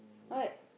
what